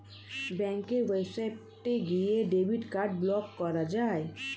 ব্যাঙ্কের ওয়েবসাইটে গিয়ে ডেবিট কার্ড ব্লক করা যায়